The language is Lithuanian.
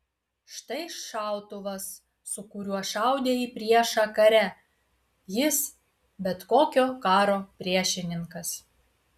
štai šautuvas su kuriuo šaudė į priešą kare jis bet kokio karo priešininkas